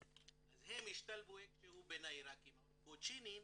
אז הם השתלבו איכשהו בין העיראקים, אבל קוצ'ינים